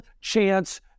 chance